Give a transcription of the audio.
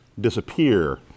disappear